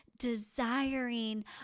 desiring